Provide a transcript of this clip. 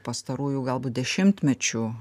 pastarųjų galbūt dešimtmečių